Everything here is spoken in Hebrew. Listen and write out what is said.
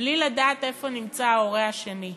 בלי לדעת איפה נמצא ההורה השני,